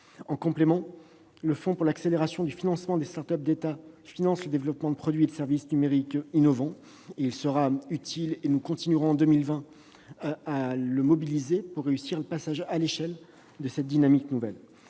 complémentaire, le Fonds pour l'accélération du financement des start-up d'État finance le développement de produits et services numériques innovants. Nous continuerons de le mobiliser en 2020, pour réussir le passage à l'échelle de cette dynamique nouvelle.